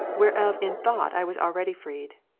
whereof in thought i was already freed.